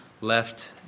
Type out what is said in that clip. left